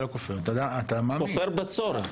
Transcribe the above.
כופר בצורך.